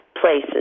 places